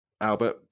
Albert